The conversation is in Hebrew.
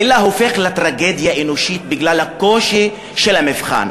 אלא הופך לטרגדיה אנושית בגלל הקושי של המבחן.